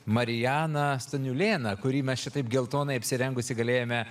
marijaną staniulėną kurį mes šitaip geltonai apsirengusi galėjome